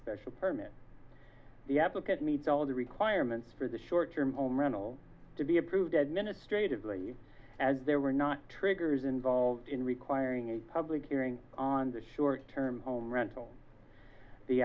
special permit the applicant meets all the requirements for the short term home rental to be approved administratively as there were not triggers involved in requiring a public hearing on the short term home rental the